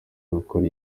gukora